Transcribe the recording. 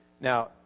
Now